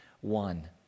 one